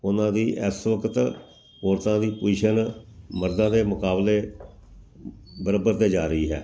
ਉਹਨਾਂ ਦੀ ਇਸ ਵਕਤ ਵੋਟਾਂ ਦੀ ਪੋਜੀਸ਼ਨ ਮਰਦਾਂ ਦੇ ਮੁਕਾਬਲੇ ਬਰਾਬਰ 'ਤੇ ਜਾ ਰਹੀ ਹੈ